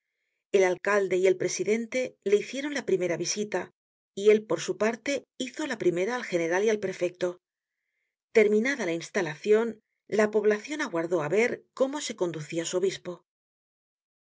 el alcalde y el presidente le hicieron la primera visita y él por su parte hizo la primera al general y al prefecto terminada la instalacion la poblacion aguardó á ver cómo se conducia su obispo